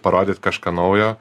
parodyt kažką naujo